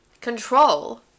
control